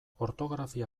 ortografia